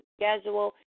schedule